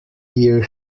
year